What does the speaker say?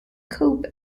coupe